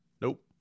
nope